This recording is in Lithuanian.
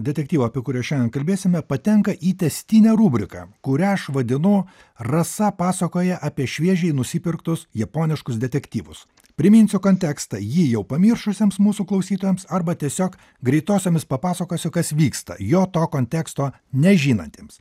detektyvų apie kuriuos šiandien kalbėsime patenka į tęstinę rubriką kurią aš vadinu rasa pasakoja apie šviežiai nusipirktus japoniškus detektyvus priminsiu kontekstą jį jau pamiršusiems mūsų klausytojams arba tiesiog greitosiomis papasakosiu kas vyksta jo to konteksto nežinantiems